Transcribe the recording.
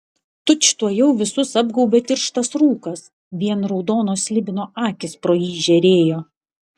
tučtuojau visus apgaubė tirštas rūkas vien raudonos slibino akys pro jį žėrėjo